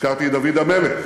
הזכרתי את דוד המלך,